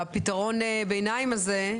בפתרון הביניים הזה,